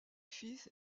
fils